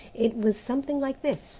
it was something like this